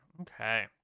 Okay